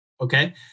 okay